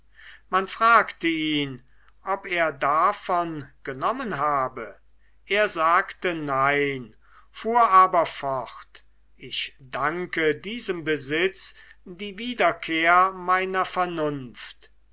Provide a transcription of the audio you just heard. man fragte ihn ob er davon genommen habe er sagt nein fuhr aber fort ich danke diesem besitz die wiederkehr meiner vernunft